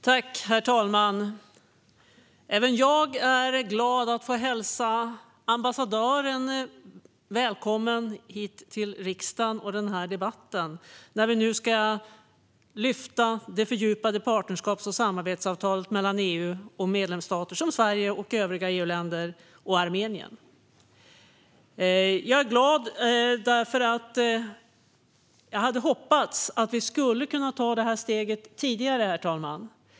Herr talman! Även jag är glad att få hälsa ambassadören välkommen hit till riksdagen och denna debatt, när vi nu ska lyfta fram det fördjupade partnerskaps och samarbetsavtalet mellan EU och dess medlemsstater, som Sverige, och Armenien. Jag är glad eftersom jag hoppats att vi kunnat ta detta steg tidigare, herr talman.